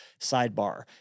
sidebar